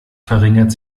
verringert